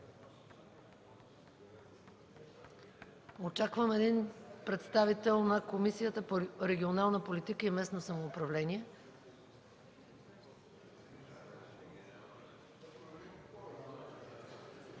Очаквам един представител на Комисията по регионална политика и местно самоуправление.